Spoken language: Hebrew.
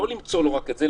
לא למצוא לו רק את זה,